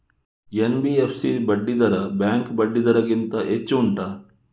NBFC ಬಡ್ಡಿ ದರ bank ಬಡ್ಡಿ ದರ ಗಿಂತ ಹೆಚ್ಚು ಉಂಟಾ